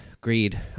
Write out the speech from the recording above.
greed